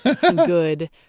good